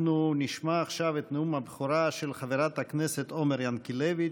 אנחנו נשמע עכשיו את נאום הבכורה של חברת הכנסת עומר ינקלביץ'.